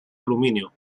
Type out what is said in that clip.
aluminio